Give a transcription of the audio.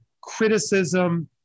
criticism